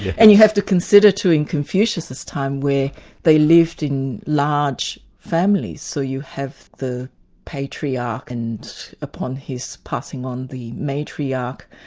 and you have to consider too, in confucius' time, where they lived in large families, so you have the patriarch and upon his passing on, the matriarch,